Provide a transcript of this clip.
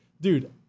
Dude